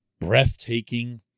breathtaking